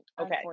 Okay